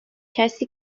کسی